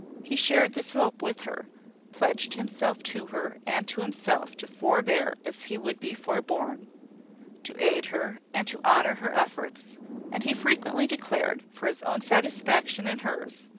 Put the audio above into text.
he shared this hope with her pledged himself to her and to himself to forbear as he would be forborne to aid her, and to honour her efforts and he frequently declared, for his own satisfaction and hers,